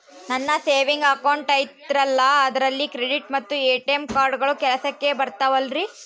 ನನ್ನ savings account ಐತಲ್ರೇ ಅದು ಕ್ರೆಡಿಟ್ ಮತ್ತ ಎ.ಟಿ.ಎಂ ಕಾರ್ಡುಗಳು ಕೆಲಸಕ್ಕೆ ಬರುತ್ತಾವಲ್ರಿ?